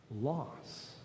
loss